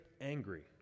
angry